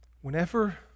Whenever